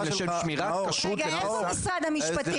לשם שמירת כשרות לפסח --- מי פה ממשרד המשפטים?